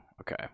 Okay